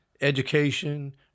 education